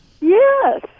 Yes